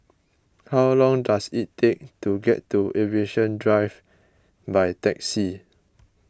how long does it take to get to Aviation Drive by taxi